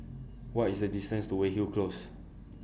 What IS The distance to Weyhill Close